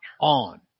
on